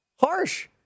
Harsh